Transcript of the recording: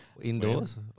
Indoors